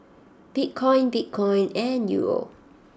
Bitcoin Bitcoin and Euro